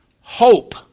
hope